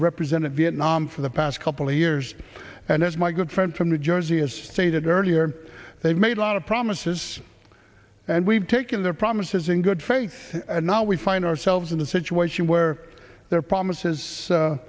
represented vietnam for the past couple of years and as my good friend from new jersey has stated earlier they've made a lot of promises and we've taken their promises in good faith and now we find ourselves in a situation where their promises